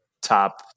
top